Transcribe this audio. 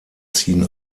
ziehen